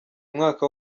mwaka